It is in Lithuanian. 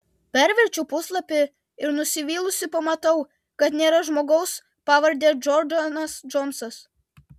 perverčiu puslapį ir nusivylusi pamatau kad nėra žmogaus pavarde džordanas džonsas